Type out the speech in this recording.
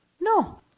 No